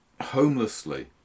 homelessly